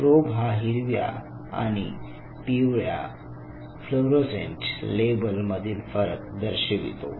probe हा हिरव्या आणि पिवळ्या फ्लोरोसेंट लेबल मधील फरक दर्शवितो